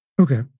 Okay